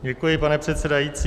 Děkuji, pane předsedající.